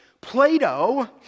Plato